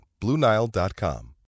BlueNile.com